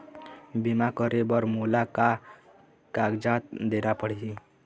बीमा करे बर मोला का कागजात देना पड़ही?